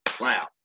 wow